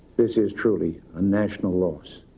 this is truly a national loss.